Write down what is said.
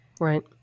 Right